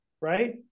right